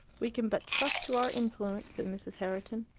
we can but trust to our influence, said mrs. herriton.